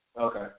Okay